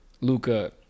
luca